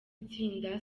itsinda